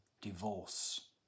divorce